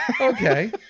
okay